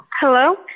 Hello